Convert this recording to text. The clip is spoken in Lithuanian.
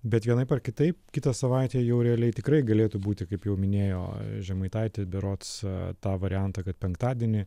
bet vienaip ar kitaip kitą savaitę jau realiai tikrai galėtų būti kaip jau minėjo žemaitaitis berods tą variantą kad penktadienį